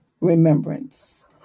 remembrance